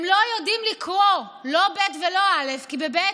הם לא יודעים לקרוא, לא ב' ולא א', כי בב'